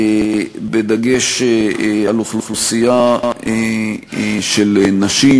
בדגש על אוכלוסייה של נשים,